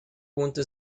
punto